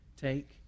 take